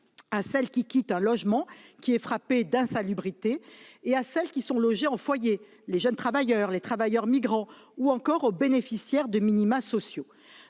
à celles qui quittent un logement frappé d'insalubrité, à celles qui sont logées en foyer- jeunes travailleurs et travailleurs migrants -et aux bénéficiaires des minima sociaux.